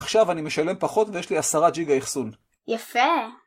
עכשיו אני משלם פחות ויש לי עשרה ג'יגה אחסון. יפה!